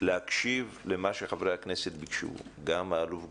להקשיב למה שחברי הכנסת ביקשו, גם האלוף גולן,